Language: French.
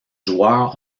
joueurs